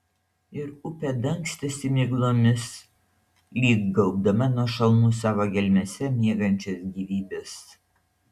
ir upė dangstėsi miglomis lyg gaubdama nuo šalnų savo gelmėse miegančias gyvybes